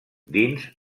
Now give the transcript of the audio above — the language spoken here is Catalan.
dins